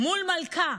מול מלכה,